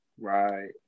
right